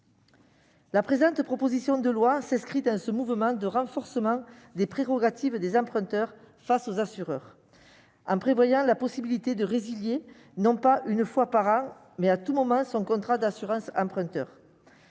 de loi que nous examinons s'inscrit dans ce mouvement de renforcement des prérogatives des emprunteurs face aux assureurs. Elle prévoit la possibilité de résilier, non pas une fois par an, mais à tout moment, tout contrat d'assurance emprunteur.